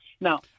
Now